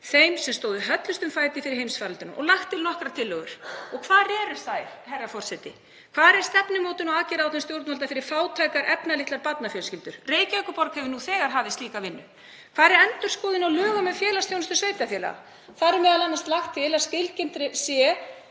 þeim sem stóðu höllustum fæti fyrir heimsfaraldur og lagðar til nokkrar tillögur. Og hvar eru þær, herra forseti? Hvar er stefnumótun og aðgerðaáætlun stjórnvalda fyrir fátækar efnalitlar barnafjölskyldur? Reykjavíkurborg hefur nú þegar hafið slíka vinnu. Hvar er endurskoðun á lögum um félagsþjónustu sveitarfélaga? Þar er m.a. lagt til að skilgreind sé